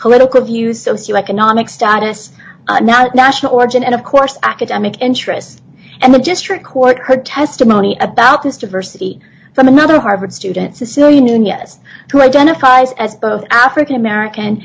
political views socioeconomic status not national origin and of course academic interest and the district court heard testimony about this diversity from another harvard student cecilia munoz who identifies as both african american